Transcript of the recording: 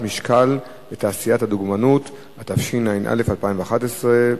התשע"א 2011,